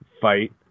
fight